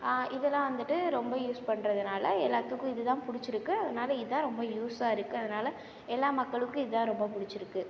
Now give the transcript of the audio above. இதெல்லாம் வந்துட்டு ரொம்ப யூஸ் பண்ணுறதனால எல்லாத்துக்கும் இது தான் பிடிச்சிருக்கு அதனால் இதுதான் ரொம்ப யூஸ்ஸா இருக்குது அதனால் எல்லா மக்களுக்கும் இதுதான் ரொம்ப பிடிச்சிருக்கு